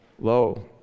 Lo